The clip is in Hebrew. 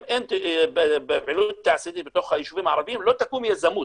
אם אין פעילות תעשייתית בתוך היישובים הערביים לא תקום יזמות,